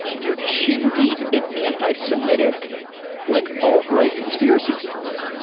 you're chin-deep in anti-semitic like alt-right conspiracy theories,